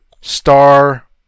star